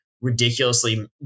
ridiculously